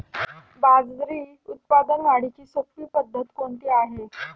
बाजरी उत्पादन वाढीची सोपी पद्धत कोणती आहे?